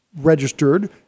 registered